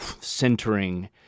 centering